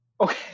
Okay